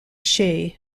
chaix